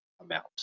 amount